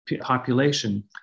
population